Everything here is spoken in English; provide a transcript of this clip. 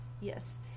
Yes